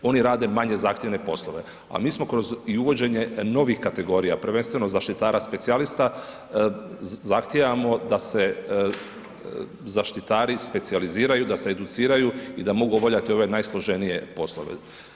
Oni rade manje zahtjevne poslove, ali mi smo kroz uvođenje novih kategorija, prvenstveno zaštitara specijalista, zahtijevamo da se zaštitari specijaliziraju, da se educiraju i da mogu obavljati ove najsloženije poslove.